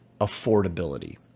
affordability